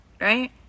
right